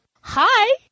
Hi